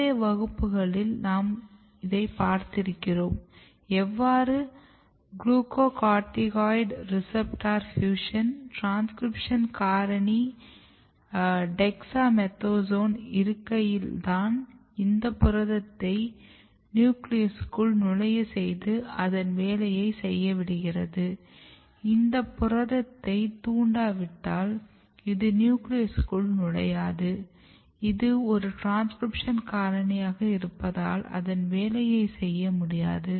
முந்தைய வகுப்புகளில் நாம் பார்த்திருக்கிறோம் எவ்வாறு குளுக்கோகார்டிகாய்டு ரெசெப்டர் பியூஷன் ட்ரான்ஸ்க்ரிப்ஷன் காரணியை டெக்ஸாமெத்தாஸோன் இருக்கையில்தான் இந்த புரதத்தை நியூக்ளியஸ்க்குள் நுழைய செய்து அதன் வேலையை செய்யவிடுகிறது இந்த புரதத்தை தூண்டவிட்டால் இது நியூக்ளியஸ்க்குள் நுழையாது இது ஒரு ட்ரான்ஸ்க்ரிப்ஷன் காரணியாக இருப்பதால் அதன் வேலையை செய்ய முடியாது